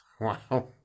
Wow